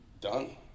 done